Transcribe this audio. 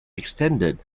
extended